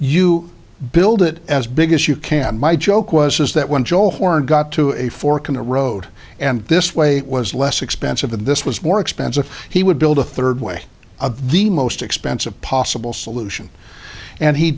you build it as big as you can my joke was is that when joe horn got to a fork in the road and this way it was less expensive than this was more expensive he would build a third way of the most expensive possible solution and he